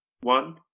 one